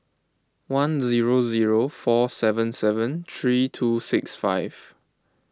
one zero zero four seven seven three two six five